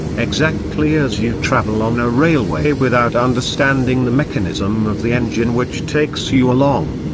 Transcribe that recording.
exactly as you travel on a railway without understanding the mechanism of the engine which takes you along.